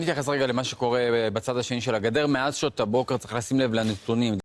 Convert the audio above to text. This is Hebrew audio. אני מתייחס רגע למה שקורה בצד השני של הגדר, מאז שעות הבוקר צריך לשים לב לנתונים.